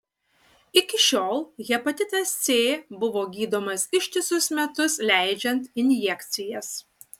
iki šiol hepatitas c buvo gydomas ištisus metus leidžiant injekcijas